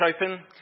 Open